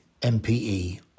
MPE